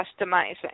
customizing